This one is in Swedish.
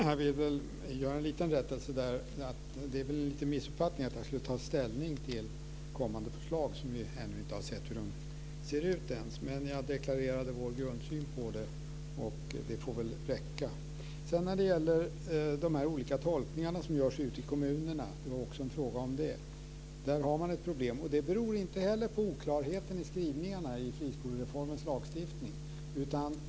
Fru talman! Jag vill nog göra en liten rättelse där. Det är en liten missuppfattning att vi skulle ha tagit ställning till kommande förslag som vi ännu inte ens har sett hur de ser ut. Men jag deklarerade vår grundsyn på detta, och det får väl räcka. Sedan frågades det om de olika tolkningar som görs ute i kommunerna. Där har man ett problem. Det beror inte heller på oklarhet i skrivningarna i friskolereformens lagstiftning.